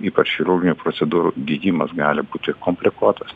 ypač chirurginių procedūrų gydymas gali būti komplikuotas